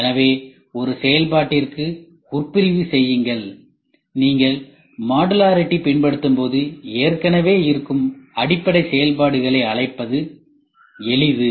எனவே ஒரு செயல்பாட்டிற்கு உட்பிரிவு செய்யுங்கள் எனவே நீங்கள் மாடுலாரிடி பின்பற்றும்போது ஏற்கனவே இருக்கும் அடிப்படை செயல்பாடுகளை அழைப்பது எளிது